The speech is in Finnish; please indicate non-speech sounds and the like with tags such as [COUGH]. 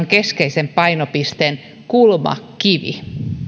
[UNINTELLIGIBLE] keskeisen painopisteen kulmakivi